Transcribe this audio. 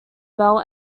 bell